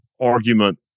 argument